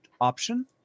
option